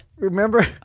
Remember